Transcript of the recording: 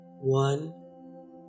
One